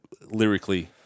lyrically